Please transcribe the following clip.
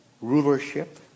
rulership